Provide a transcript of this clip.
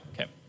Okay